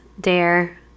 dare